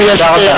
תודה רבה.